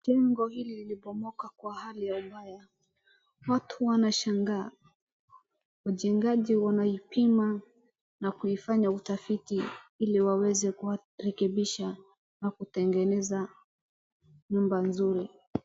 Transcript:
Jengo hili lilibomoka kwa hali ya mbaya, watu wanashanga wajengaji wanaipima na kuifanya utafiti iliwaweze kurekimbisha na kutengeneza nyumba.